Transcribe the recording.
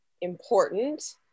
important